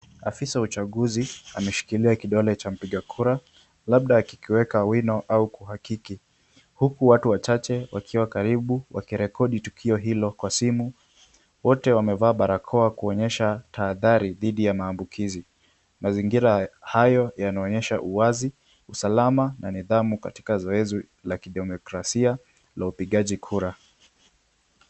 Afisa wa uchaguzi ameshikilia kidole cha mpiga kura labda akikiweka wino au kuhakiki, huku watu wachache wakiwa karibu wakirekodi tukio hilo kwa simu. Wote wamevaa barakoa kuonyesha tahadhari dhidi ya maambukizi. Mazingira hayo yanaonyesha uwazi, usalama na nidhamu katika zoezi la kidemokrasia la upigaji kura.